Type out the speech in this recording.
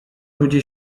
ludzie